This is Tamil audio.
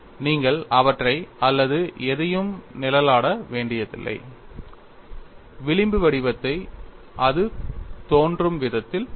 நீங்கள் அவற்றை அல்லது எதையும் நிழலாட வேண்டியதில்லை விளிம்பு வடிவத்தை அது தோன்றும் விதத்தில் பெறுங்கள்